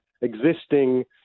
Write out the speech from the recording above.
existing